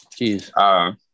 Jeez